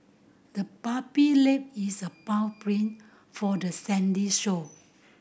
the puppy left its paw prints for the sandy shore